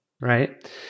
right